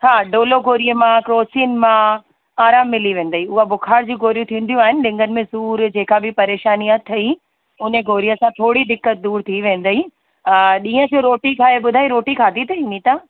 हा डोलो गोरीअ मां क्रोसिन मां आरामु मिली वेंदई उहा बुखार जी गोरी थींदियूं आहिनि लिंङन में सूर जेका बि परेशानी अथई उन गोरीअ सां थोरी दिक़तु दूरि थी वेंदई अ ॾींह जी रोटी ठाहे ॿुधाए रोटी खाधी अथई नीता